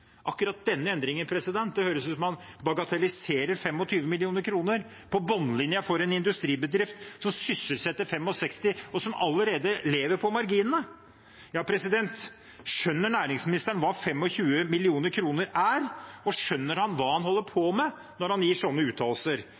akkurat denne endringen.» «Akkurat denne endringen»: Det høres ut som om han bagatelliserer 25 mill. kr på bunnlinjen for en industribedrift som sysselsetter 65, og som allerede lever på marginene. Skjønner næringsministeren hva 25 mill. kr er? Og skjønner han hva han holder på med når han gir slike uttalelser?